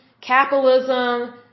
capitalism